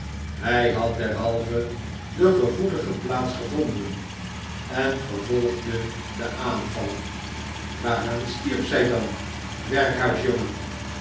hij had derhalve de gevoelige plaats gevonden en vervolgde den aanval waaraan stierf zij dan